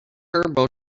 turbo